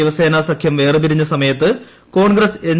ശിവസേനാ സഖ്യം വേർപിരിഞ്ഞ സമയത്ത് കോൺഗ്രസ് എൻ